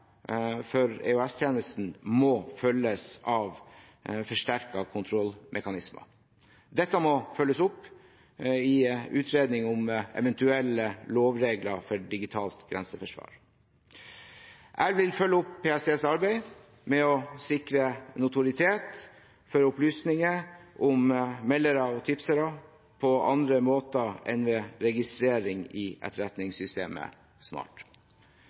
for EOS-tjenesten må følges av forsterkede kontrollmekanismer. Dette må følges opp i utredning om eventuelle lovregler for digitalt grenseforsvar. Jeg vil følge opp PSTs arbeid med å sikre notoritet for opplysninger om meldere og tipsere på andre måter enn ved registrering i etterretningssystemet